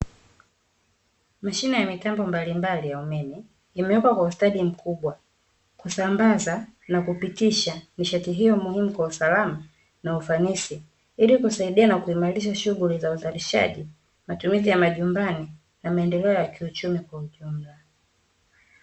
Mashine ya mitambo mbalimbali ya umeme, imewekwa kwa ustadi mkubwa, kusambaza na kupitisha nishati hiyo muhimu kwa usalama na ufanisi, ili kusaidia na kuimarisha shughuli za uzalishaji, matumizi ya majumbani na maendeleo ya kiuchumi kwa ujumla.